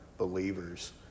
Believers